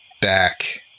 back